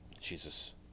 Jesus